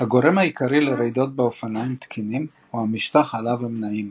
הגורם העיקרי לרעידות באופניים תקינים הוא המשטח עליו הם נעים.